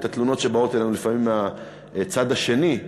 את התלונות שבאות אלינו לפעמים מהצד השני,